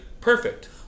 perfect